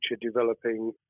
developing